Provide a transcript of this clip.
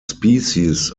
species